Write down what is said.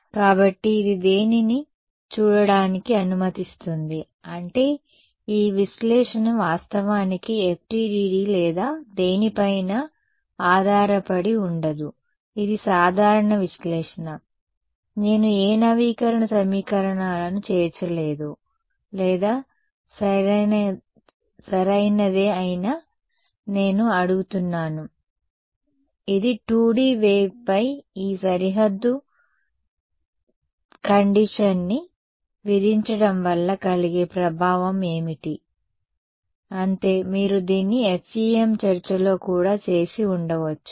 కాబట్టి ఇది దేనిని చూడటానికి అనుమతిస్తుంది అంటే ఈ విశ్లేషణ వాస్తవానికి FDTD లేదా దేనిపైనా ఆధారపడి ఉండదు ఇది సాధారణ విశ్లేషణ నేను ఏ నవీకరణ సమీకరణాలను చేర్చలేదు లేదా సరైనదే అయినా నేను అడుగుతున్నాను ఇది 2D వేవ్పై ఈ సరిహద్దు పరిస్థితిని విధించడం వల్ల కలిగే ప్రభావం ఏమిటి అంతే మీరు దీన్ని FEM చర్చలో కూడా చేసి ఉండవచ్చు